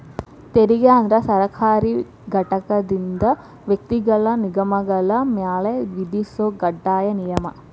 ತೆರಿಗೆ ಅಂದ್ರ ಸರ್ಕಾರಿ ಘಟಕದಿಂದ ವ್ಯಕ್ತಿಗಳ ನಿಗಮಗಳ ಮ್ಯಾಲೆ ವಿಧಿಸೊ ಕಡ್ಡಾಯ ನಿಯಮ